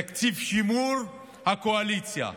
תקציב שימור הקואליציה.